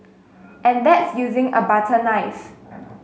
and that's using a butter knife